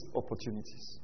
opportunities